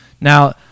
Now